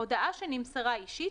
הודעה שנמסרה אישית,